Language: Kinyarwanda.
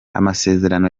amasezerano